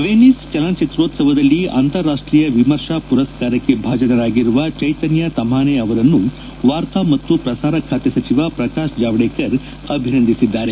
Venice ಚಲನಚಿತ್ರೋತ್ಸವದಲ್ಲಿ ಅಂತಾರಾಷ್ಷೀಯ ವಿಮರ್ಶಾ ಮರಸ್ನಾರಕ್ಷೆ ಭಾಜನರಾಗಿರುವ ಚೈತನ್ಯ ತಮ್ಜಾನೆ ಅವರನ್ನು ವಾರ್ತಾ ಮತ್ತು ಪ್ರಸಾರ ಖಾತೆ ಸಚಿವ ಪ್ರಕಾಶ್ ಜಾವ್ನೇಕರ್ ಅಭಿನಂದಿಸಿದ್ದಾರೆ